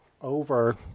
over